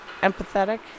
empathetic